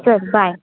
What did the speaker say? चल बाय